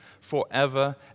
forever